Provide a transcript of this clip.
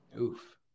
Oof